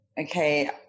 Okay